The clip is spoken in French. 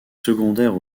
secondaires